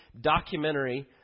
documentary